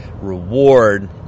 reward